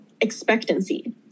expectancy